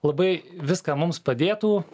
labai viską mums padėtų